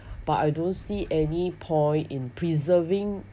but I don't see any point in preserving